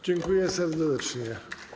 Dziękuję serdecznie.